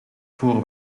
voor